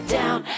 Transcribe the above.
down